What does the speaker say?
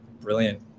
Brilliant